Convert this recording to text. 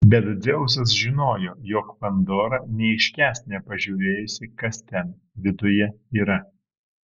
bet dzeusas žinojo jog pandora neiškęs nepažiūrėjusi kas ten viduje yra